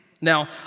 Now